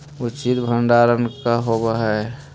उचित भंडारण का होव हइ?